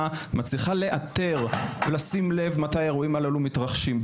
מצליחה לאתר ולשים לב מתי האירועים הללו מתרחשים.